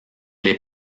les